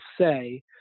say